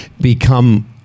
become